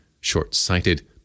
short-sighted